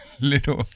little